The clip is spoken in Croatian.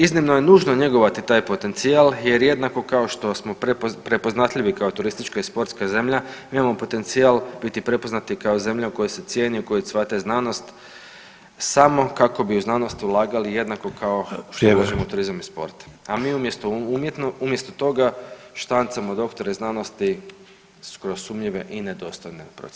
Iznimno je nužno njegovati taj potencijal jer jednako kako što smo prepoznatljivi kao turistička i sportska zemlja mi imamo potencijal biti prepoznati i kao zemlja u kojoj se cijeni i u kojoj cvate znanost samo kako bi u znanost ulagali jednako kao što ulažemo u turizam u sport, a mi umjesto toga štancamo doktore znanosti kroz sumnjive i nedostojne procedure.